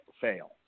fail